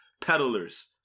peddlers